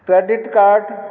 credit card